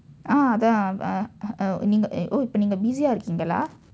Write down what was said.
ah அதான்:athaan um uh uh நீங்க:niingka oh இப்போ நீங்க:ippoo niingka busy ah இருக்கீங்களா:irukkiingkala